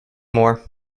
more